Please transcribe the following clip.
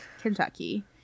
Kentucky